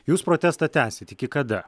jūs protestą tęsit iki kada